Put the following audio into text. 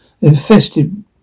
infested